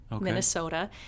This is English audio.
Minnesota